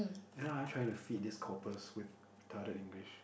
you know are you trying to feed this copper swift retarded English